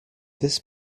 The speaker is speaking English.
this